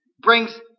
brings